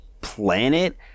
planet